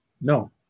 No